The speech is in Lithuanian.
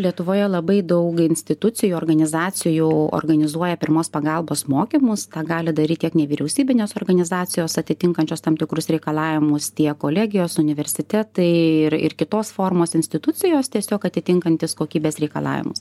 lietuvoje labai daug institucijų organizacijų organizuoja pirmos pagalbos mokymus tą gali daryt tiek nevyriausybinės organizacijos atitinkančios tam tikrus reikalavimus tiek kolegijos universitetai ir ir kitos formos institucijos tiesiog atitinkantys kokybės reikalavimus